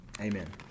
Amen